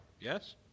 Yes